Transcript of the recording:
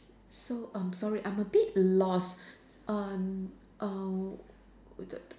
so um sorry I'm a bit lost on err with the